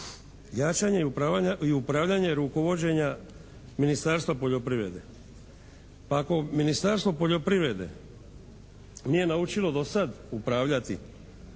jačanje i upravljanje rukovođenja Ministarstva poljoprivrede. Pa ako Ministarstvo poljoprivrede nije naučilo do sad upravljati